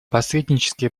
посреднические